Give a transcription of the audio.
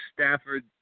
Stafford